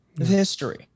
history